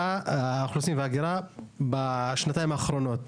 האוכלוסין וההגירה בשנתיים האחרונות.